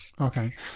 okay